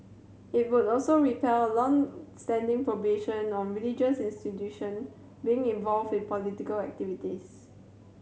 it would also repeal a long standing prohibition on religious institution being involved in political activities